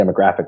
demographic